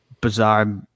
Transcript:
bizarre